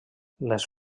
les